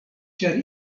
ĉar